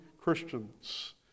christians